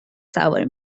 سواری